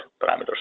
parameters